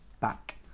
back